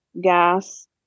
gas